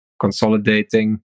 consolidating